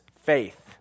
faith